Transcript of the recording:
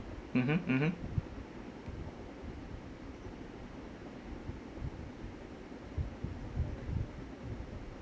mmhmm mmhmm